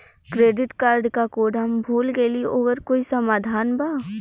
Credit card क code हम भूल गइली ओकर कोई समाधान बा?